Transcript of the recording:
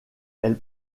elle